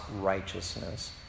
righteousness